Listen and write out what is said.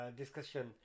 discussion